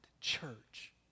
church